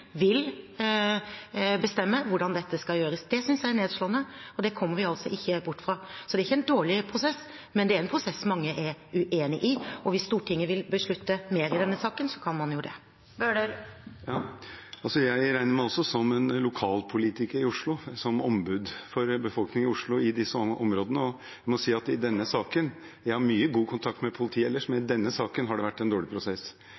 vil bestemme hvordan dette skal gjøres. Det synes jeg er nedslående, og det kommer vi ikke bort fra. Så det er ikke en dårlig prosess, men det er en prosess mange er uenig i, og hvis Stortinget vil beslutte mer i denne saken, kan man jo det. Jeg regner meg også som en lokalpolitiker i Oslo, som ombud for befolkningen i Oslo i disse områdene, og jeg må si at i denne saken – jeg har mye god kontakt med politiet ellers – har det vært en dårlig prosess.